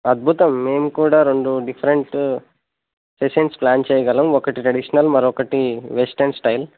అద్భుతం మేము కూడా రెండు డిఫరెంట్ సెషన్స్ ప్లాన్ చేయగలం ఒకటి ట్రెడిషనల్ మరొకటి వెస్ట్రన్ స్టైల్